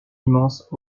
immense